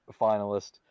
finalist